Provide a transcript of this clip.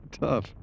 Tough